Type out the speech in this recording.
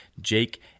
Jake